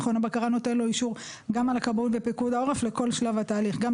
מכון הבקרה נותן לו אישור גם על הכבאות ופיקוד העורף לכל שלב התהליך.